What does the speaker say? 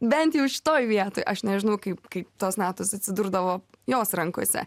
bent jau šitoj vietoj aš nežinau kaip kaip tos natos atsidurdavo jos rankose